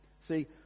see